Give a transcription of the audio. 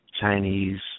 Chinese